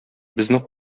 безне